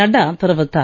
நட்டா தெரிவித்தார்